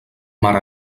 mar